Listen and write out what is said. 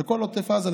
לכל עוטף עזה,